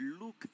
Look